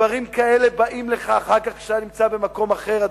דברים כאלה באים לך אחר כך כשאתה נמצא במקום אחר,